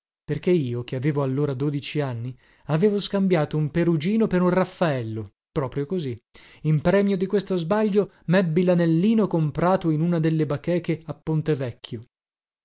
perché io che avevo allora dodici anni avevo scambiato un perugino per un raffaello proprio così in premio di questo sbaglio mebbi lanellino comprato in una delle bacheche a ponte vecchio